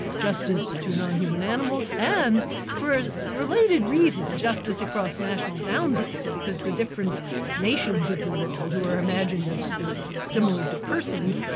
justice to non-human animals and for a related reason, justice across national boundaries, because the different nations of the world, who are imagined as similar to persons,